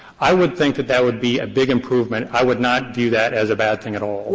i would think that that would be a big improvement. i would not view that as a bad thing at all.